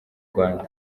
rwanda